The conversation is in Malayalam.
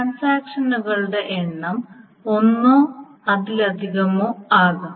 ട്രാൻസാക്ഷനുകളുടെ എണ്ണം ഒന്നോ അതിലധികമോ ആകാം